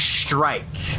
strike